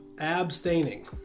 abstaining